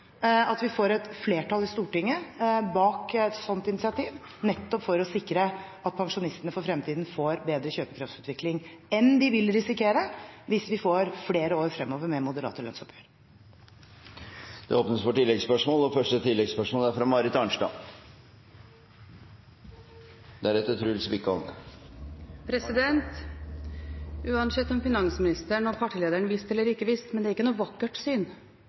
at vi får et flertall i Stortinget bak et sånt initiativ, nettopp for å sikre at pensjonistene for fremtiden får en bedre kjøpekraftsutvikling enn de vil risikere hvis vi får flere år fremover med moderate lønnsoppgjør. Det blir åpnet for oppfølgingsspørsmål – først Marit Arnstad. Uansett om finansministeren og partilederen visste eller ikke visste, er det ikke noe vakkert syn